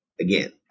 Again